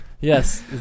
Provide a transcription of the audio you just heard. Yes